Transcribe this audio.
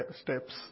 steps